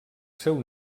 seu